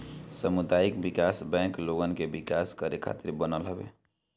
सामुदायिक विकास बैंक लोगन के विकास करे खातिर बनल हवे